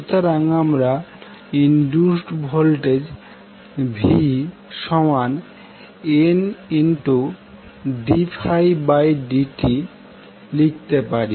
সুতরাং আমরা induced voltage vNddtলিখতে পারি